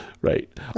Right